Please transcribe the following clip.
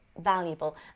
valuable